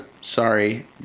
Sorry